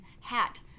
hat